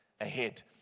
ahead